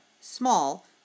Small